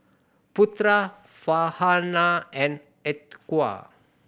Putra Farhanah and Atiqah